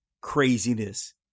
craziness